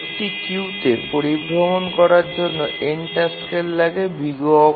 একটি কিউতে পরিভ্রমন করার জন্য n টাস্কের লাগে O